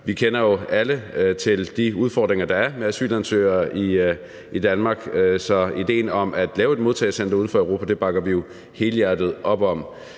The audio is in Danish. Vi kender jo alle til de udfordringer, der er med asylansøgere i Danmark, så idéen om at lave et modtagecenter uden for Europa bakker vi helhjertet op om.